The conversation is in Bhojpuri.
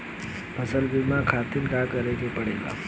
फसल बीमा खातिर का करे के पड़ेला?